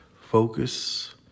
Focus